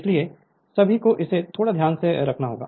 इसलिए सभी को इसे थोड़ा ध्यान में रखना होगा